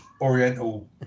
oriental